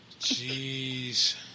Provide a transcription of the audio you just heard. Jeez